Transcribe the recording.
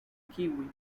kiwi